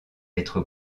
être